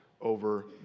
over